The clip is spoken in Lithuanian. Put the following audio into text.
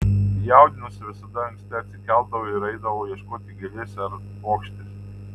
jaudinausi visada anksti atsikeldavau ir eidavau ieškoti gėlės ar puokštės